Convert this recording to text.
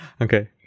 Okay